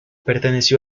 perteneció